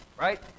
right